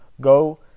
Go